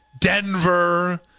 Denver